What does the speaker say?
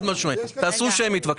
נעשה הצבעה שמית.